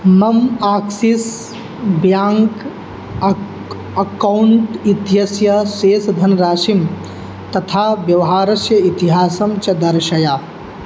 मम Axis bank अक् account इत्यस्य शेषधनराशिं तथा व्यवहारस्य इतिहासं च दर्शय